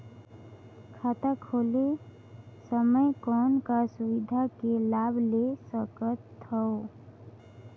खाता खोले समय कौन का सुविधा के लाभ ले सकथव?